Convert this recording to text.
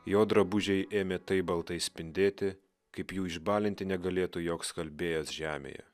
jo drabužiai ėmė taip baltai spindėti kaip jų išbalinti negalėtų joks skalbėjas žemėje